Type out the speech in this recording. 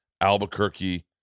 albuquerque